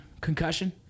Concussion